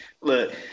look